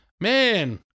man